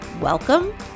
Welcome